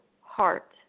heart